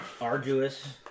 arduous